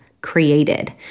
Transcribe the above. created